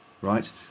Right